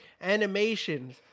Animations